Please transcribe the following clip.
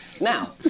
Now